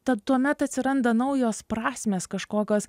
ta tuomet atsiranda naujos prasmės kažkokios